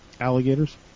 Alligators